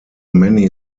many